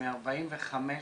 מ-45 מדינות.